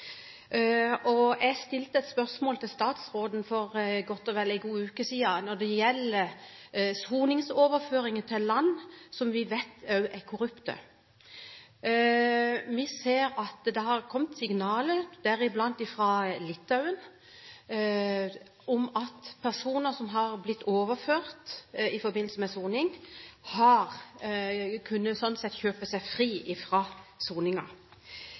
og jeg stilte et spørsmål til statsråden for godt og vel en uke siden når det gjelder soningsoverføring til land som vi vet er korrupte. Vi ser at det har kommet signaler, deriblant fra Litauen, om at personer som har blitt overført i forbindelse med soning, slik sett har kunnet kjøpe seg fri